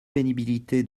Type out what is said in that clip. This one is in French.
pénibilité